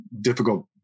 difficult